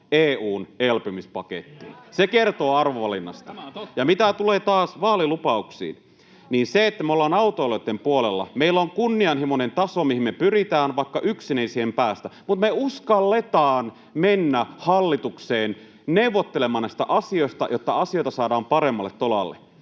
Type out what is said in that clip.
Se kertoo arvovalinnasta. Mitä taas tulee vaalilupauksiin, me ollaan autoilijoitten puolella, meillä on kunnianhimoinen taso, mihin me pyritään, vaikka yksin ei siihen päästä, mutta me uskalletaan mennä hallitukseen neuvottelemaan näistä asioista, jotta asioita saadaan paremmalle tolalle.